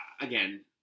again